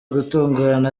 gutungurana